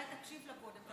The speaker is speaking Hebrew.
אולי תקשיב, אני